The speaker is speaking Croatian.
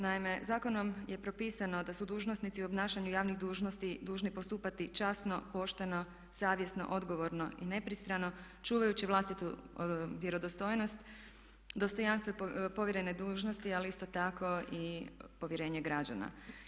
Naime, zakonom se propisano da su dužnosnici u obnašanju javnih dužnosti dužni postupati časno, pošteno, savjesno, odgovorno i nepristrano čuvajući vlastitu vjerodostojnost, dostojanstvo i povjerene dužnosti, ali isto tako i povjerenje građana.